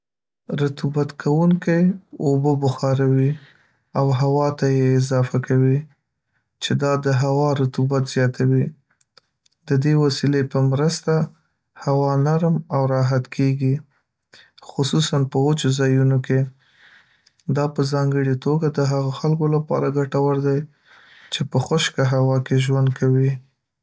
رطوبت کوونکی اوبه بخاروي او هوا ته یې اضافه کوي، چې دا د هوا رطوبت زیاتوي. د دې وسیلې په مرسته، هوا نرم او راحت کیږي، خصوصاً په وچو ځایونو کې. دا په ځانګړې توګه د هغو خلکو لپاره ګټور دی چې په خشکه هوا کې ژوند کوي.